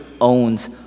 owns